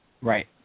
Right